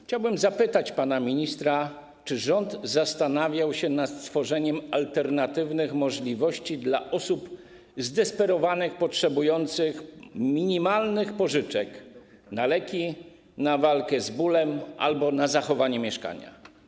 Chciałbym zapytać pana ministra, czy rząd zastanawiał się nad stworzeniem alternatywnych możliwości dla osób zdesperowanych, potrzebujących minimalnych pożyczek na leki, na walkę z bólem albo na zachowanie mieszkania.